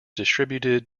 distributed